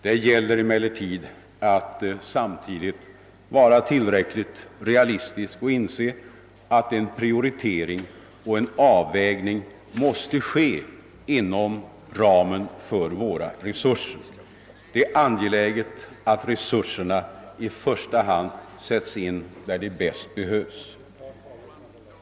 Det gäller emellertid att samtidigt vara tillräckligt realistisk för att inse, att en prioritering och en avvägning måste ske inom ramen för våra resurser. Det är angeläget att resurserna i första hand sätts in där de bäst behövs.